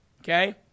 Okay